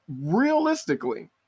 realistically